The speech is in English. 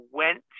went